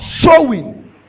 sowing